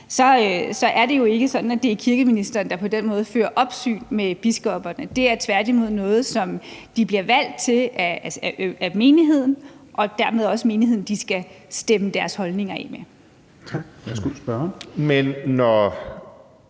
så er det jo ikke sådan, at det er kirkeministeren, der på den måde fører opsyn med biskopperne. Men det er tværtimod noget, som de bliver valgt til af menigheden, og det er dermed også menigheden, de skal stemme deres holdninger af med.